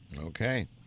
Okay